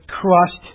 crushed